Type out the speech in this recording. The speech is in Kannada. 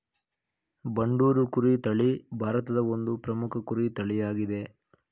ಬಂಡೂರು ಕುರಿ ತಳಿ ಭಾರತದ ಒಂದು ಪ್ರಮುಖ ಕುರಿ ತಳಿಯಾಗಿದೆ